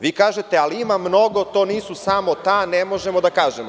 Vi kažete – ali, ima mnogo, to nisu samo ta, ne možemo da kažemo.